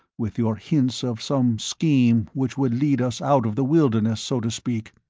with your hints of some scheme which would lead us out of the wilderness, so to speak.